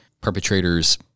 perpetrator's